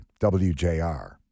WJR